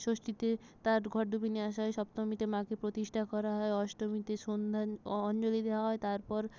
ষষ্ঠীতে তার ঘট ডুবিয়ে নিয়ে আসা হয় সপ্তমীতে মাকে প্রতিষ্ঠা করা হয় অষ্টমীতে সন্ধ্যা অঞ্জলি দেওয়া হয় তারপর